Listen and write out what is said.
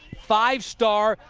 five star,